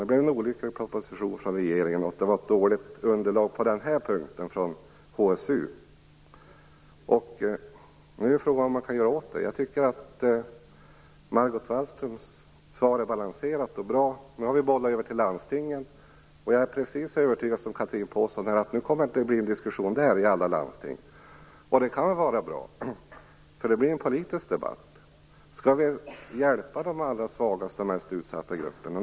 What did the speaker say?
Det blev en olycklig proposition från regeringen. Och det var ett dåligt underlag på den här punkten från HSU. Frågan är nu vad man kan göra åt detta. Jag tycker att Margot Wallströms svar är balanserat och bra. Nu har vi bollat över detta till landstingen. Jag är, liksom Chatrine Pålsson, övertygad om att det kommer att bli en diskussion i alla landsting nu. Det kan vara bra, eftersom det då blir en politisk debatt. Skall vi hjälpa de allra svagaste och mest utsatta grupperna?